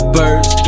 birds